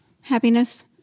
happiness